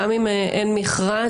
גם אם אין מכרז,